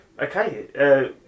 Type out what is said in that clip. Okay